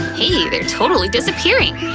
hey, they're totally disappearing!